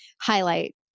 highlight